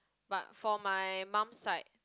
but for my mum side